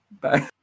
Bye